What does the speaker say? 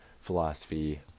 philosophy